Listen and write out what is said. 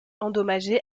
endommagé